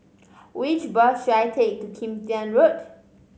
which bus should I take to Kim Tian Road